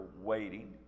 waiting